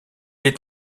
est